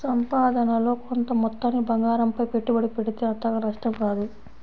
సంపాదనలో కొంత మొత్తాన్ని బంగారంపై పెట్టుబడి పెడితే అంతగా నష్టం రాదు